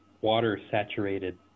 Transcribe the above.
water-saturated